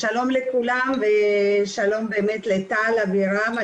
שלום לכולם ושלום באמת לטל אבירם.